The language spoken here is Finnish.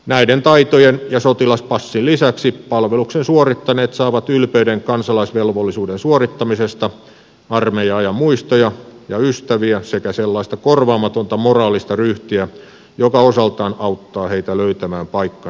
näiden taitojen ja sotilaspassin lisäksi palveluksen suorittaneet saavat ylpeyden kansalaisvelvollisuuden suorittamisesta armeija ajan muistoja ja ystäviä sekä sellaista korvaamatonta moraalista ryhtiä joka osaltaan auttaa heitä löytämään paikkansa yhteiskunnassa